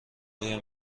آیا